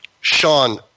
Sean